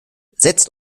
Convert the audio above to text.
setzt